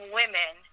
women